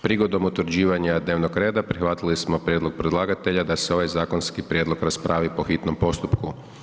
Prigodom utvrđivanja dnevnog reda prihvatili smo prijedlog predlagatelja da se ovaj zakonski prijedlog raspravi po hitnom postupku.